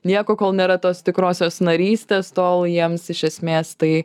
nieko kol nėra tos tikrosios narystės tol jiems iš esmės tai